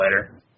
later